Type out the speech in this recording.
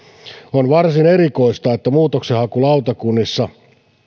on varsin erikoista että muutoksenhakulautakunnissa